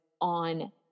on